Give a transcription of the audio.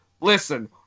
Listen